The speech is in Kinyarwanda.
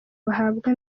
bahabwa